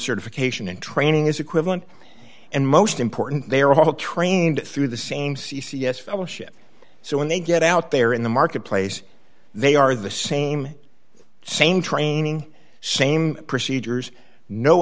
certification and training is equivalent and most important they are all trained through the same c c s fellowship so when they get out there in the marketplace they are the same same training same procedures no